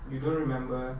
you don't remember